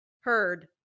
heard